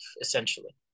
essentially